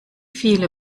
viele